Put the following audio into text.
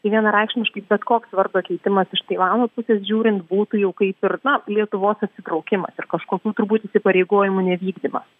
tai vienareikšmiškai bet koks vardo keitimas iš taivano pusės žiūrint būtų jau kaip ir na lietuvos atsitraukimas ir kažkokių turbūt įsipareigojimų nevykdymas